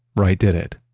wright did it.